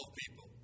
people